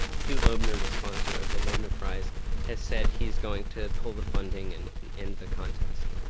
hugh loebner, the sponsor of the loebner prize has said he's going to pull the funding and end the contest.